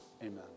amen